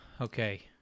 okay